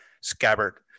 scabbard